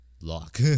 Lock